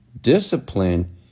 Discipline